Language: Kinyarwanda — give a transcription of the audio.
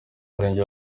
murenge